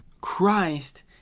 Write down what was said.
Christ